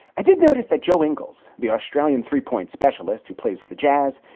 i did notice that joe ingles, the australian three point specialist who plays for the jazz,